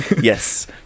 Yes